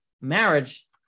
marriage